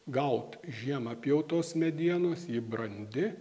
gaut žiemą pjautos medienos ji brandi